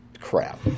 crap